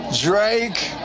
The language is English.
Drake